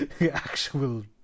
actual